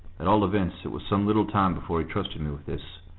at all events it was some little time before he trusted me with this,